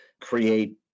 create